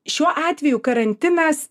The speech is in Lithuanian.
šiuo atveju karantinas